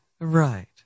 Right